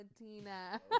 Latina